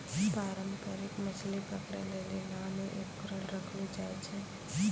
पारंपरिक मछली पकड़ै लेली नांव मे उपकरण रखलो जाय छै